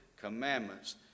commandments